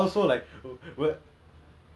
ya I you know I literally asked